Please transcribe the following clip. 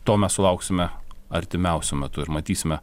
to mes sulauksime artimiausiu metu ir matysime